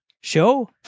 show